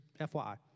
FYI